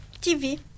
TV